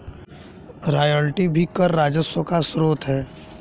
royalty भी कर राजस्व का स्रोत है